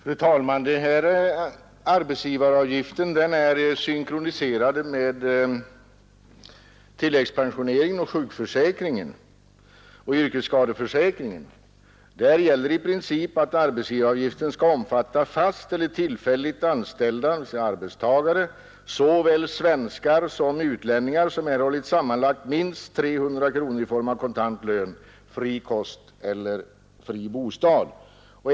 Fru talman! Arbetsgivaravgiften är ju synkroniserad med tilläggspensioneringen, sjukförsäkringen och yrkesskadeförsäkringen. I princip gäller att arbetsgivaravgiften skall omfatta fast eller tillfälligt anställda arbetstagare, såväl svenska som utlänningar, som erhållit sammanlagt minst 300 kronor i form av kontant lön, fri kost eller fri bostad.